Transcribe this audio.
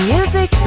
Music